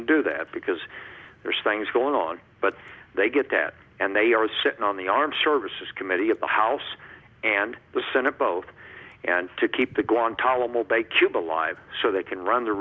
can do that because there's things going on but they get that and they are sitting on the armed services committee of the house and the senate both and to keep the guantanamo bay cuba live so they can run the